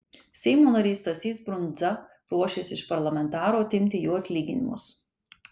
seimo narys stasys brundza ruošiasi iš parlamentarų atimti jų atlyginimus